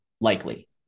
likely